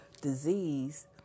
disease